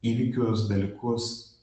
įvykius dalykus